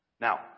Now